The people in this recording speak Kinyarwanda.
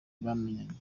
bamenyanye